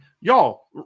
y'all